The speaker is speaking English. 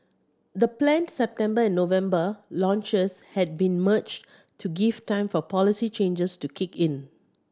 the planned September and November launches had been merged to give time for policy changes to kick in